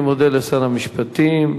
אני מודה לשר המשפטים.